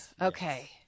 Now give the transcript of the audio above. Okay